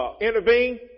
intervene